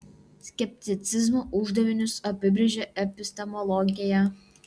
skepticizmo uždavinius apibrėžia epistemologija